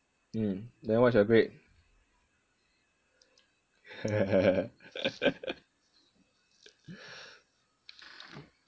mm then what's your grade